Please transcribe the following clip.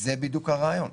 זה בדיוק הרעיון.